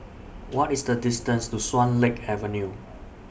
What IS The distance to Swan Lake Avenue